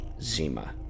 Zima